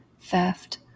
theft